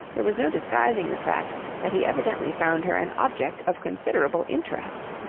there was no disguising the fact that he evidently found her an object of considerable interest.